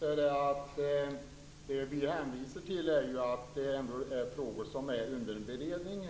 Herr talman! Det vi hänvisar till är att det ändå är frågor som är under beredning.